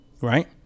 right